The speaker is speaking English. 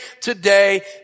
today